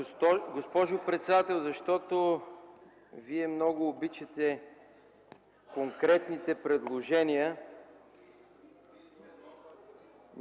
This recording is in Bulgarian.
Госпожо председател, защото Вие много обичате конкретните предложения,